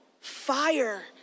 fire